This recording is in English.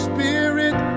Spirit